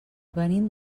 venim